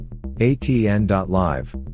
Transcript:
ATN.live